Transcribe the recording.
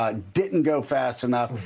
ah didn't go fast enough,